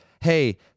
hey